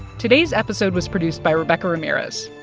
today's episode was produced by rebecca ramirez,